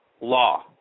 law